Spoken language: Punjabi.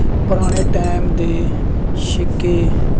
ਪੁਰਾਣੇ ਟਾਇਮ ਦੇ ਸਿੱਕੇ